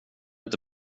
inte